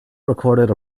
recorded